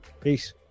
peace